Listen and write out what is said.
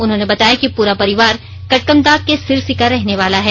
उन्होंने बताया कि प्ररा परिवार कटकमदाग के सिरसी का रहनेवाला है